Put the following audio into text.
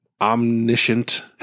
omniscient